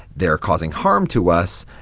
they're causing harm to us.